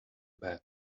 bed